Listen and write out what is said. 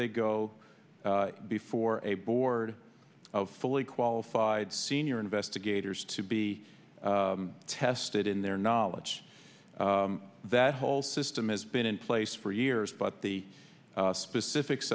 they go before a board of fully qualified senior investigators to be tested in their knowledge that whole system is been in place for years but the specifics